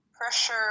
Pressure